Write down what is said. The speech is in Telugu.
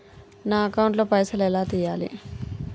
నా అకౌంట్ ల పైసల్ ఎలా తీయాలి?